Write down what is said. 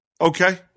Okay